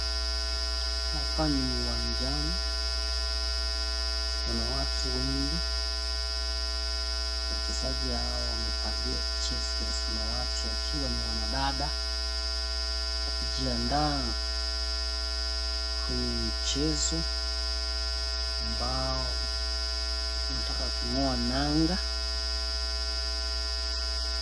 Hapa ni uwanjani, kuna watu wengi, wachezaji hao wamevalia jezi ya samawati wakiwa ni wanadada, wakijiandaa kwenye mchezo ambao unataka kungoa nanga.